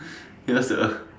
ya sia